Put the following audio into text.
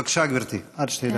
בבקשה, גברתי, עד שתי דקות לרשותך.